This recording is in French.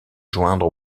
joindre